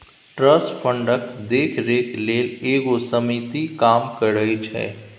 trust फंडक देखरेख लेल एगो समिति काम करइ छै